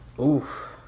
Oof